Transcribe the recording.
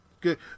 good